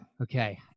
Okay